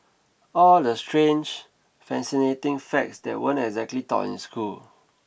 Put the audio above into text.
all the strange fascinating facts that weren't exactly taught in school